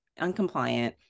uncompliant